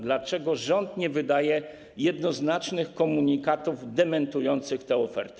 Dlaczego rząd nie wydaje jednoznacznych komunikatów dementujących te oferty?